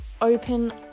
open